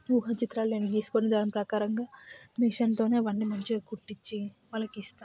ఊహాచిత్రాలన్నీ నేను గీసుకొని దాని ప్రకారంగా మిషన్ తోని అవన్నీ మంచిగా కుట్టించి వాళ్ళకి ఇస్తా